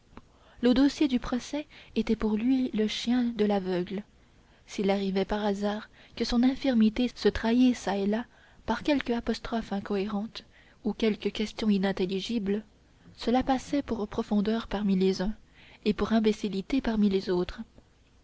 le dossier du procès était pour lui le chien de l'aveugle s'il arrivait par hasard que son infirmité se trahît çà et là par quelque apostrophe incohérente ou quelque question inintelligible cela passait pour profondeur parmi les uns et pour imbécillité parmi les autres